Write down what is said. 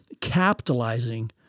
capitalizing